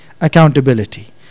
accountability